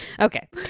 okay